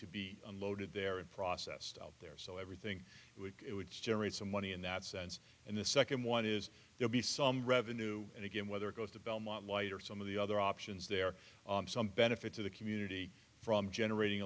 to be unloaded there and processed out there so everything we get would generate some money in that sense and the second one is there be some revenue and again whether it goes to belmont light or some of the other options there some benefit to the community from generating